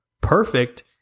Perfect